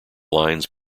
lines